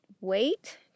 wait